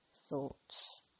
thoughts